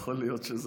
יכול להיות,